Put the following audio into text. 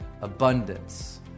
abundance